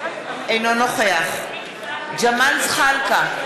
אינו נוכח ג'מאל זחאלקה,